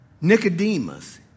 Nicodemus